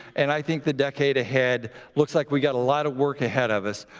and i think the decade ahead looks like we got a lot of work ahead of us.